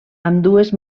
ambdues